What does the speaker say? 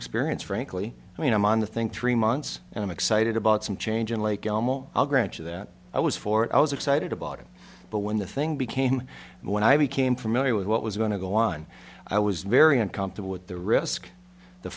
experience frankly i mean i'm on the think three months and i'm excited about some change in like elmo i'll grant you that i was for it i was excited about it but when the thing became when i became familiar with what was going to go on i was very uncomfortable with the risk the